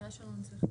(תיקון)